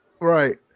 Right